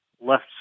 left